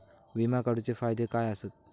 विमा काढूचे फायदे काय आसत?